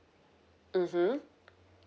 mmhmm